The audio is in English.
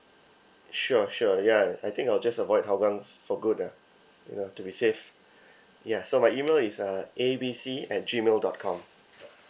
sure sure ya I think I'll just avoid hougang for good ah you know to be safe ya so my email is uh A B C at G mail dot com